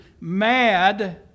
mad